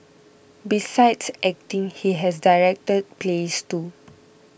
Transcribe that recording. besides acting he has directed plays too